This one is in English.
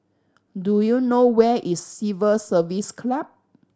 do you know where is Civil Service Club